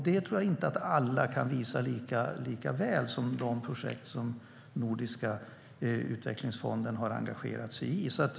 Det tror jag inte att alla kan visa lika väl som de projekt som Nordiska utvecklingsfonden har engagerat sig i.